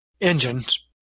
Engines